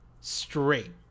straight